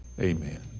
amen